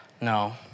No